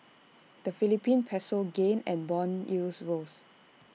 the Philippine Peso gained and Bond yields rose